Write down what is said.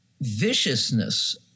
viciousness